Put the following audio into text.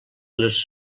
les